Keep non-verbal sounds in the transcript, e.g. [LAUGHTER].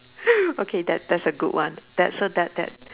[NOISE] okay that that's a good one that's so that that